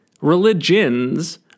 religions